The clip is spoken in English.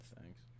thanks